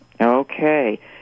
Okay